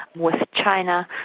with china,